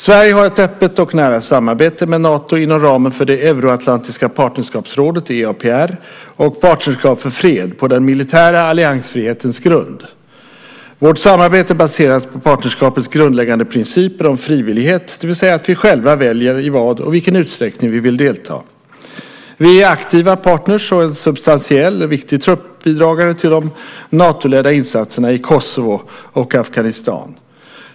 Sverige har ett öppet och nära samarbete med Nato inom ramen för det Euroatlantiska partnerskapsrådet, EAPR, och Partnerskap för fred, PFF, på den militära alliansfrihetens grund. Vårt samarbete baseras på partnerskapets grundläggande principer om frivillighet, det vill säga att vi själva väljer i vad och i vilken utsträckning vi vill delta. Vi är aktiva partner och en substantiell och viktig truppbidragare till de Natoledda insatserna i Kosovo och Afghanistan.